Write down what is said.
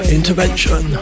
Intervention